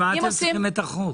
אז בשביל מה עשיתם את החוק?